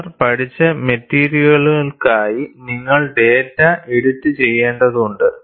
അവർ പഠിച്ച മെറ്റീരിയലുകൾക്കായി നിങ്ങൾ ഡാറ്റ എഡിറ്റുചെയ്യേണ്ടതുണ്ട്